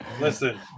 Listen